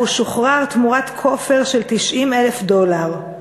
והוא שוחרר תמורת כופר של 90,000 דולר.